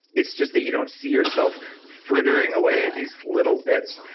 it's just that you don't see yourself frittering away these little bits.